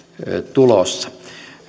tulossa